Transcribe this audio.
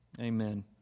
Amen